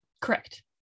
Correct